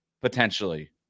potentially